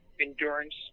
endurance